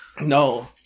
No